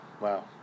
Wow